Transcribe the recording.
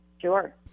Sure